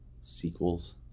sequels